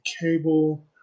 cable